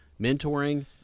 mentoring